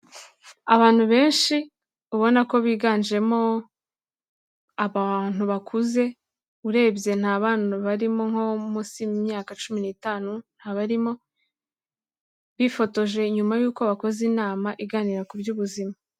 Abantu benshi ubona ko biganjemo abantu bakuze urebye nta bantu barimo nko munsi y'imyaka cumi n'itanu ntabarimo, bifotoje nyuma y'uko bakoze inama iganira kuby'ubuzima.